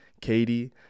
Katie